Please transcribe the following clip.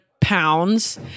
pounds